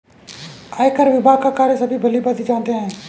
आयकर विभाग का कार्य सभी भली भांति जानते हैं